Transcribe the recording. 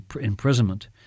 imprisonment